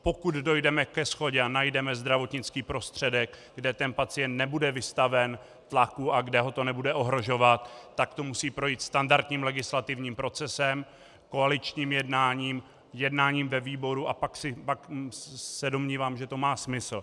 Pokud dojdeme ke shodě a najdeme zdravotnický prostředek, kde pacient nebude vystaven tlaku a kde ho to nebude ohrožovat, tak to musí projít standardním legislativním procesem, koaličním jednáním, jednáním ve výboru, a pak se domnívám, že to má smysl.